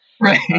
Right